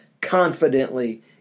confidently